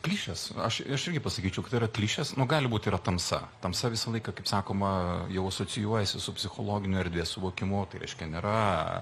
klišės aš aš irgi pasakyčiau kad tai yra klišės nu gali būt yra tamsa tamsa visą laiką kaip sakoma jau asocijuojasi su psichologiniu erdvės suvokimu o tai reiškia nėra